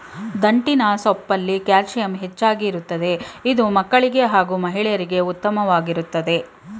ದಂಟಿನ ಸೊಪ್ಪಲ್ಲಿ ಕ್ಯಾಲ್ಸಿಯಂ ಹೆಚ್ಚಾಗಿ ಇರ್ತದೆ ಇದು ಮಕ್ಕಳಿಗೆ ಹಾಗೂ ಮಹಿಳೆಯರಿಗೆ ಉತ್ಮವಾಗಯ್ತೆ